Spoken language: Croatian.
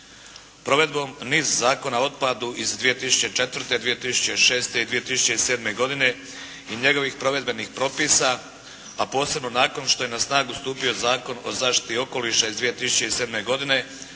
Provedbom niz Zakona o otpadu iz 2004., 2006. i 2007. godine i njegovih provedbenih propisa, a posebno nakon što je na snagu stupio Zakon o zaštiti okoliša iz 2007. godine,